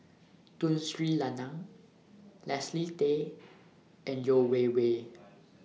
Tun Sri Lanang Leslie Tay and Yeo Wei Wei